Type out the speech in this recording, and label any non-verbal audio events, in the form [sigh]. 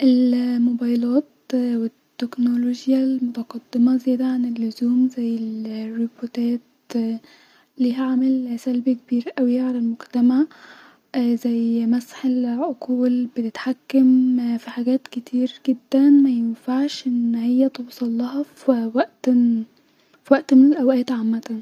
الموبيلات والتيكنولوجا المتقدمه الزياده عن اللزوم زي ال- الريبوتات ليها عامل سلبي كبير اوي علي المجتمع زي -مسح العقول-بتتحكم-في حاجات كتير جدا مينفعش انها توصلها في وقت-وقت من الاوقات عمتا [noise]